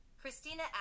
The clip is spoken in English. Christina